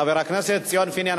חבר הכנסת ציון פיניאן,